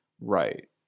Right